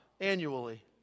annually